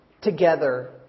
together